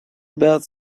about